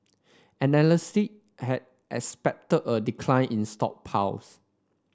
analyst had expected a decline in stockpiles